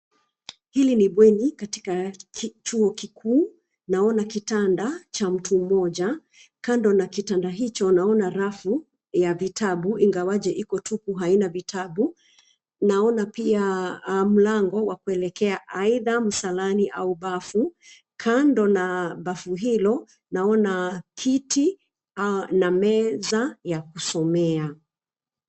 Hili ni bweni katika chuo kikuu. Naona kitanda cha mtu mmoja kando na kitanda hicho naona rafu ya vitabu ingawaje iko tupu haina vitabu. Naona pia mlango wa kuelekea aidha msalani au bafu, kando na bafu hilo naona kiti na meza ya kusomea.